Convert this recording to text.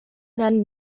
then